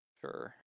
Sure